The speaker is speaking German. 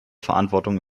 verantwortung